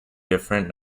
different